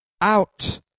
Out